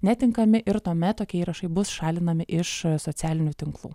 netinkami ir tuomet tokie įrašai bus šalinami iš socialinių tinklų